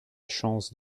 chance